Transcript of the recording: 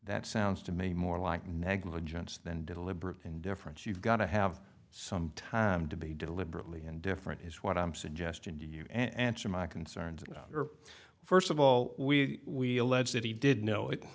that sounds to me more like negligence than deliberate indifference you've got to have some time to be deliberately indifferent is what i'm suggesting to you answer my concerns first of all we allege that he did know it